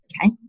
okay